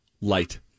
light